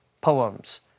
poems